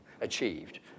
achieved